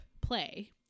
play